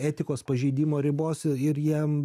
etikos pažeidimo ribos ir jiem